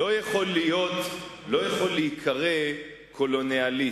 לא יכול להיקרא קולוניאליסט.